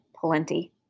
plenty